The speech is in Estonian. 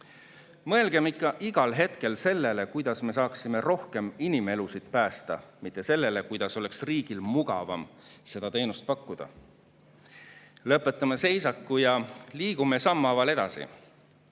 Mõelgem ikka igal hetkel sellele, kuidas me saaksime rohkem inimelusid päästa, mitte sellele, kuidas riigil oleks mugavam seda teenust pakkuda. Lõpetame seisaku ja liigume sammhaaval edasi!